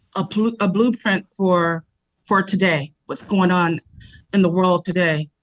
ah a blueprint for for today, what's going on in the world today.